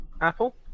Apple